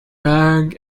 bag